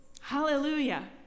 hallelujah